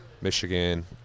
Michigan